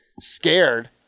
scared